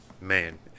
man